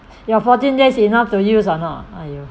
your fourteen days enough to use or not